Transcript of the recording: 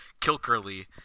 kilkerly